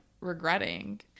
regretting